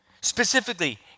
Specifically